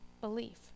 belief